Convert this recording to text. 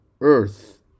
earth